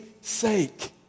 sake